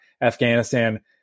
Afghanistan